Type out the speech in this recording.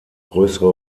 größere